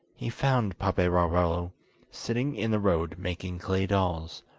he found paperarello sitting in the road making clay dolls.